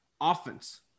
offense